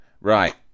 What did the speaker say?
Right